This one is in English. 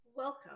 Welcome